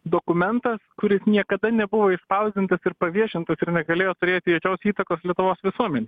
dokumentas kuris niekada nebuvo išspausdintas ir paviešintas ir negalėjo turėti jokios įtakos lietuvos visuomenei